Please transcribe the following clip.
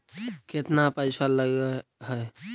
केतना पैसा लगय है?